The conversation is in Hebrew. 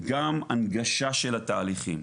גם הנגשה של התהליכים,